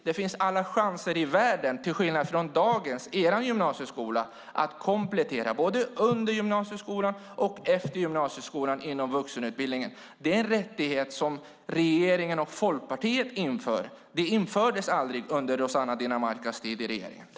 Det finns alla chanser i världen, till skillnad från dagens gymnasieskola, från er gymnasieskola, att komplettera både under gymnasietiden och efter gymnasietiden, inom vuxenutbildningen. Det är en rättighet som regeringen och Folkpartiet inför. Den infördes aldrig under Rossana Dinamarcas tid i majoritet.